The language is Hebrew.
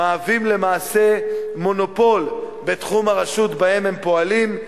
למעשה מונופול בתחום הרשות שבה הם פועלים,